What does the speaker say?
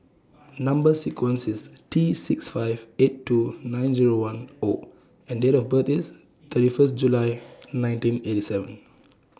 Number sequence IS T six five eight two nine Zero one O and Date of birth IS thirty First July nineteen eighty seven